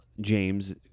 James